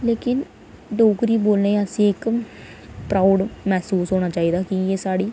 लेकिन डोगरी बोलने गी असें इ प्रॉऊड महसूस होना चाहिदा कि असेंगी इक